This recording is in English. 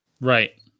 Right